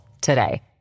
today